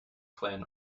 clan